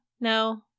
no